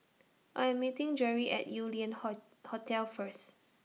I Am meeting Jerri At Yew Lian Hotel First